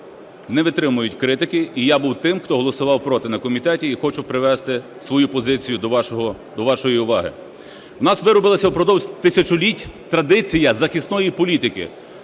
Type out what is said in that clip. не витримують критики і я був тим, хто голосував проти на комітеті і хочу привести свою позицію до вашої уваги. У нас виробилася впродовж тисячоліть традиція захисної політики,